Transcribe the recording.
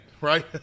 right